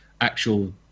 actual